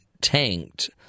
tanked